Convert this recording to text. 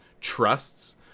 trusts